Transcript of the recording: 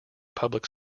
public